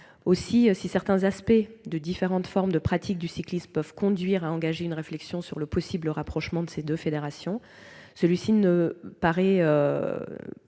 Aussi, si certains aspects des différentes formes de pratique du cyclisme peuvent conduire à engager une réflexion sur le possible rapprochement entre ces deux fédérations, celui-ci ne paraît pas